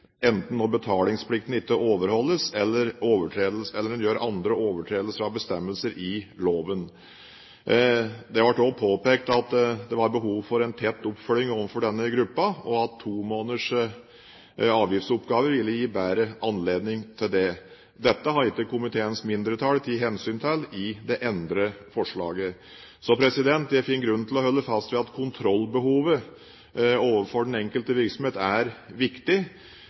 enten når betalingsplikten ikke overholdes, eller når en begår andre overtredelser av bestemmelser i loven. Det ble også påpekt at det var behov for en tett oppfølging overfor denne gruppen, og at to måneders avgiftsoppgaver ville gi bedre anledning til det. Dette har ikke komiteens mindretall tatt hensyn til i det endrede forslaget. Så jeg finner grunn